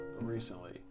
recently